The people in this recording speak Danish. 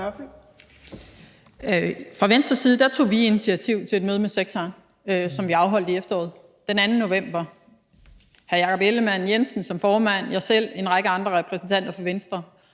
Fra Venstres side tog vi initiativ til et møde med sektoren, som blev afholdt i efteråret, den 2. november. Det var hr. Jakob Ellemann-Jensen, vores formand, jeg selv og en række andre repræsentanter fra Venstre,